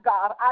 God